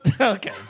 Okay